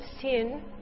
sin